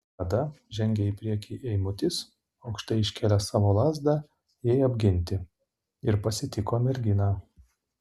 tada žengė į priekį eimutis aukštai iškėlęs savo lazdą jai apginti ir pasitiko merginą